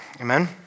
amen